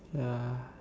ya